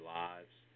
lives